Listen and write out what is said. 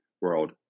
world